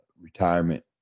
retirement